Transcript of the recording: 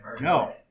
No